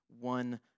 one